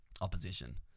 opposition